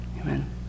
Amen